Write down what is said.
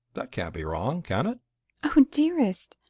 that can't be wrong, can it? oh, dearest!